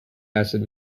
acid